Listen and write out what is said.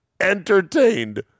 entertained